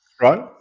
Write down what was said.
Right